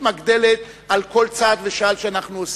מגדלת על כל צעד ושעל שאנחנו עושים.